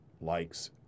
likes